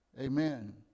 amen